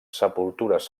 sepultures